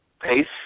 pace